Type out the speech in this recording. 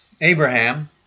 Abraham